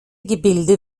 gebilde